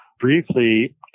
Briefly